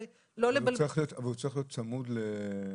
אבל הוא צריך להיות צמוד למוסך?